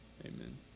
Amen